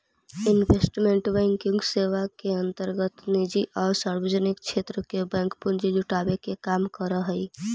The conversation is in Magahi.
इन्वेस्टमेंट बैंकिंग सेवा के अंतर्गत निजी आउ सार्वजनिक क्षेत्र के बैंक पूंजी जुटावे के काम करऽ हइ